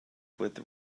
with